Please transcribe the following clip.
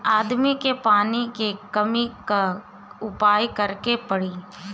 आदमी के पानी के कमी क उपाय करे के पड़ी